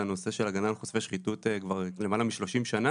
הגנה על חושפי שחיתות כבר למעלה מ-30 שנה